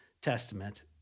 Testament